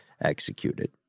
executed